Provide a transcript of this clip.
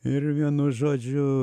ir vienu žodžiu